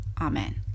Amen